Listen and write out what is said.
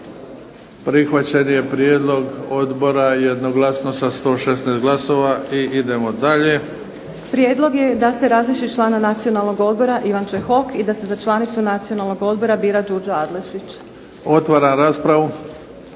Prihvaćen je prijedlog odbora jednoglasno sa 116 glasova i idemo dalje. **Majdenić, Nevenka (HDZ)** Prijedlog je da se razriješi član Nacionalnog odbora Ivan Čehok i da se za članicu Nacionalnog odbora bira Đurđa Adlešić. **Bebić, Luka